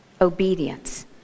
obedience